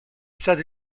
stato